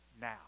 now